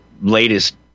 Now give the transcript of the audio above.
latest